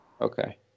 Okay